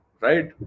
right